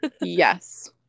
Yes